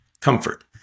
Comfort